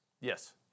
Yes